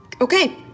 okay